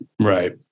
Right